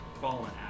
Fallen